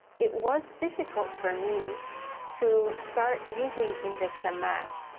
it was difficult for me to start using index and match.